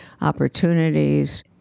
opportunities—